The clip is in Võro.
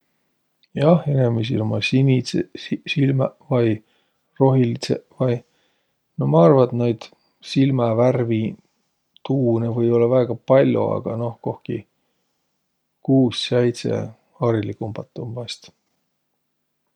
Jah, inemiisil ummaq sinidseq silmäq vai rohilidsõq vai. No ma arva, et noid silmävarvi tuunõ või ollaq väega pall'o, aga noh, kohki kuus-säidse hariligumbat um vaest.